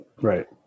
right